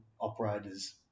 operators